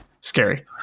Scary